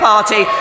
Party